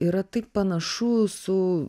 yra taip panašu su